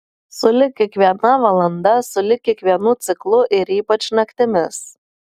sulig kiekviena valanda sulig kiekvienu ciklu ir ypač naktimis